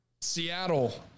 Seattle